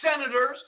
senators